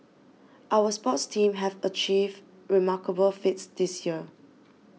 our sports teams have achieved remarkable feats this year